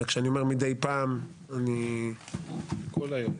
וכשאני אומר מדי פעם --- זה כל היום.